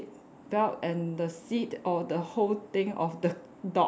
belt and the seat or the whole thing of the dog